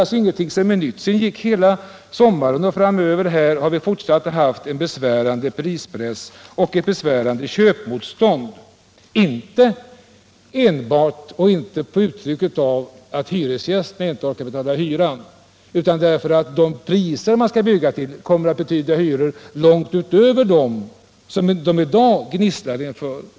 Förhållandena fortsatte att utvecklas på samma sätt, och vi har under hela sommaren och även därefter haft ett besvärande pristryck och ett starkt köpmotstånd, inte enbart på grund av att hyresgästerna inte kunnat betala sina hyror i de redan uppförda husen utan på grund av att priserna i nybyggnationen kommer att ligga långt utöver dem som det i dag gnisslas inför.